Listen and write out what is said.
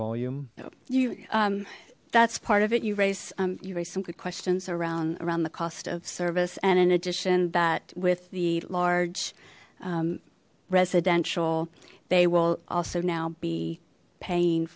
volume you that's part of it you raise you raise some good questions around around the cost of service and in addition that with the large residential they will also now be paying